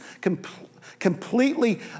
completely